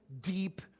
deep